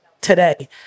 today